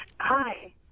Hi